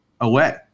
away